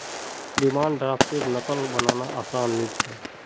demand द्रफ्टर नक़ल बनाना आसान नि छे